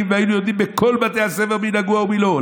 והיינו יודעים בכל בתי הספר מי נגוע ומי לא.